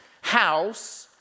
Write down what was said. house